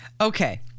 Okay